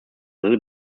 little